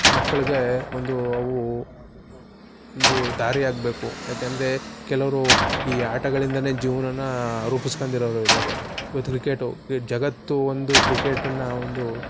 ಮಕ್ಕಳಿಗೆ ಒಂದು ಅವು ಒಂದು ದಾರಿ ಆಗಬೇಕು ಯಾಕೆಂದ್ರೆ ಕೆಲವರು ಈ ಆಟಗಳಿಂದಲೇ ಜೀವನನ ರೂಪಿಸ್ಕೊಂಡಿರೋರು ಇದ್ದಾರೆ ಈವತ್ತು ಕ್ರಿಕೆಟು ಈ ಜಗತ್ತು ಒಂದು ಕ್ರಿಕೆಟನ್ನು ಒಂದು